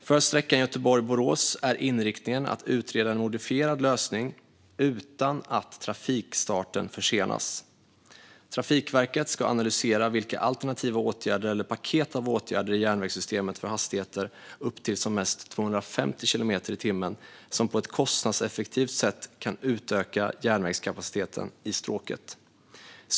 För sträckan Göteborg-Borås är inriktningen att utreda en modifierad lösning utan att trafikstarten försenas. Trafikverket ska analysera vilka alternativa åtgärder eller paket av åtgärder i järnvägssystemet för hastigheter upp till som mest 250 kilometer i timmen som på ett kostnadseffektivt sätt kan utöka järnvägskapaciteten i stråket.